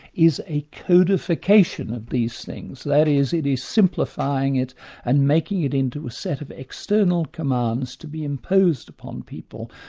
is a codification of these things. that is, it is simplifying it and making it into a set of external commands to be imposed upon people,